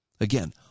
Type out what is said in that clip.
Again